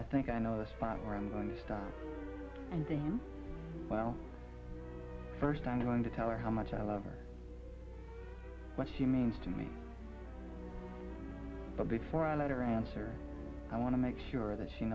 i think i know the spot where i'm going to start well first i'm going to tell her how much i love her what she means to me but before i let her answer i want to make sure that she